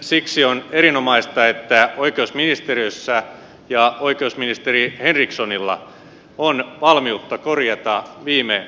siksi on erinomaista että oikeusministeriössä ja oikeusministeri henrikssonilla on valmiutta korjata viime hallituskaudella tehtyjä virheitä